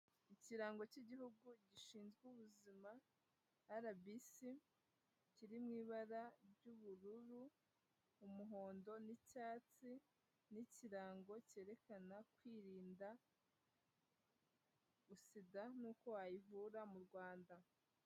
Ikirango cy'igihugu gishinzwe ubuzima RBC kiri mu ibara ry'ubururu, umuhondo n'icyatsi n'ikirango cyerekana kwirinda sida n'uko wayivura mu Rwanda.